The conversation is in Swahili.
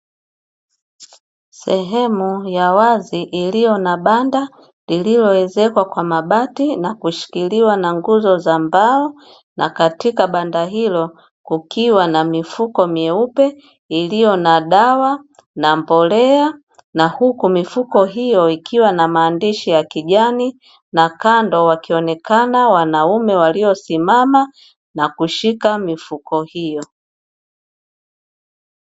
Sehemu ya wazi iliyo na banda lililo ezekwa kwa mabati na kushikiliwa na nguzo za mbao, na katika banda hilo kukiwa na mifuko myeupe iliyo na dawa na mbolea, na huku mifuko hiyo ikiwa na maandishi ya kijani na kando wakionekana wanaume waliosimama na kushika mifuko hiyo.